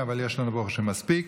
אבל יש לנו ברוך השם כבר מספיק.